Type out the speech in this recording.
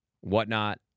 whatnot